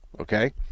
Okay